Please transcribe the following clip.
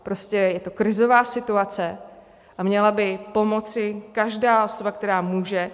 Prostě je to krizová situace a měla by pomoci každá osoba, která může.